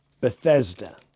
Bethesda